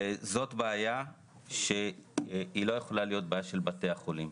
זאת בעיה שהיא לא יכולה להיות בעיה של בתי החולים.